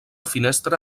finestra